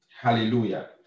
Hallelujah